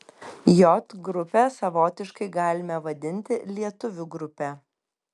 j grupę savotiškai galime vadinti lietuvių grupe